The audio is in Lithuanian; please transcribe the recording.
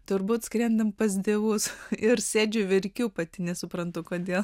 turbūt skrendam pas dievus ir sėdžiu verkiu pati nesuprantu kodėl